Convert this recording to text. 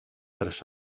tres